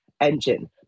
engine